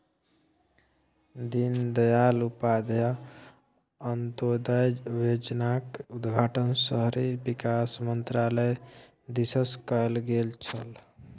दीनदयाल उपाध्याय अंत्योदय योजनाक उद्घाटन शहरी विकास मन्त्रालय दिससँ कैल गेल छल